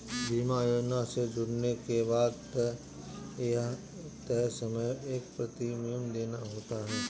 बीमा योजना से जुड़ने के बाद एक तय समय तक प्रीमियम देना होता है